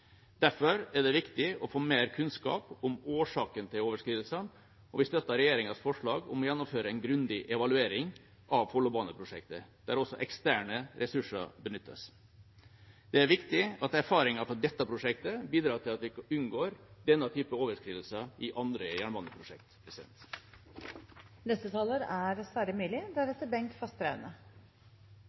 Derfor er det viktig å få mer kunnskap om årsaken til overskridelsene, og vi støtter regjeringas forslag om å gjennomføre en grundig evaluering av Follobaneprosjektet, der også eksterne ressurser benyttes. Det er viktig at erfaringer fra dette prosjektet bidrar til at vi unngår denne typen overskridelser i andre jernbaneprosjekter. I disse dager er